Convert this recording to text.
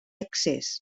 accés